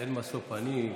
אין משוא פנים.